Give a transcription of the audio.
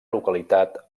localitat